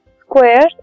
squares